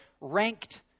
ranked